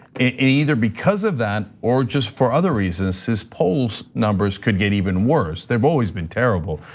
it either because of that, or just for other reasons his polls, numbers could get even worse. they've always been terrible,